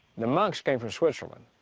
the monks came from switzerland.